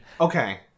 okay